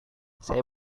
saya